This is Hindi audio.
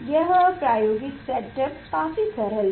यह प्रायोगिक सेटअप काफी सरल है